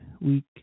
week